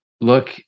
look